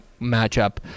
matchup